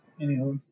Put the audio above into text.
anyhow